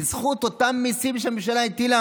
בזכות אותם מיסים שהממשלה הטילה